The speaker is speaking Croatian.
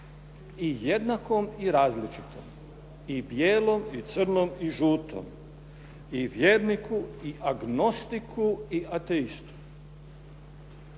i jednakom i različit6om, i bijelom i crnom i žutom i vjerniku i agnostiku i ateistu